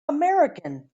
american